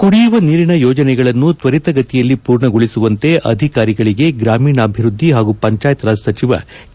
ಕುಡಿಯುವ ನೀರಿನ ಯೋಜನೆಗಳನ್ನು ಶ್ವರಿತಗತಿಯಲ್ಲಿ ಪೂರ್ಣಗೊಳಿಸುವಂತೆ ಅಧಿಕಾರಿಗಳಿಗೆ ಗ್ರಾಮೀಣಾಭಿವೃದ್ದಿ ಹಾಗೂ ಪಂಚಾಯತ್ ರಾಜ್ ಸಚಿವ ಕೆ